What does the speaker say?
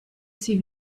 sie